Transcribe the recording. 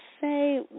say